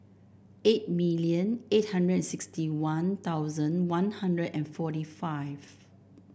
eight million eight hundred and sixty One Thousand One Hundred and forty five